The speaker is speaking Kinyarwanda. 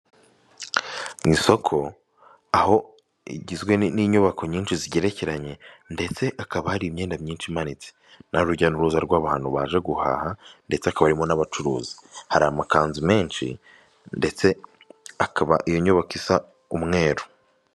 Mu isoko aho igizwe n'inyubako nyinshi zigerekeranye, ndetse hakaba hari imyenda myinshi imanitse, n'urujya n'uruza rw'abantu baje guhaha, ndetse hakaba harimo n'abacuruzi, hari amakanzu menshi, ndetse akaba iyo nyubako isa umweru.